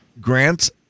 grants